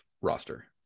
roster